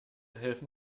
helfen